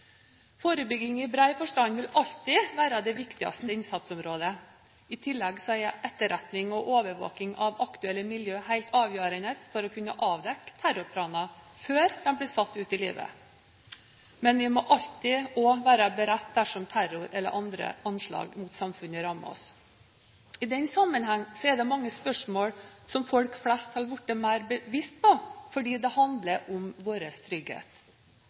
Forebygging i bred forstand vil alltid være det viktigste innsatsområdet. I tillegg er etterretning og overvåking av aktuelle miljøer helt avgjørende for å kunne avdekke terrorplaner før de blir satt ut i livet. Men vi må alltid være beredt dersom terror eller andre anslag mot samfunnet rammer oss. I den sammenheng er det mange spørsmål som folk flest har blitt mer bevisst på, fordi det handler om vår trygghet